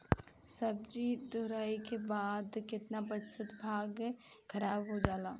सब्जी तुराई के बाद केतना प्रतिशत भाग खराब हो जाला?